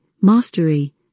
mastery